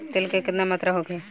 तेल के केतना मात्रा होखे?